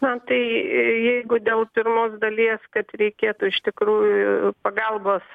na tai jeigu dėl pirmos dalies kad reikėtų iš tikrųjų pagalbos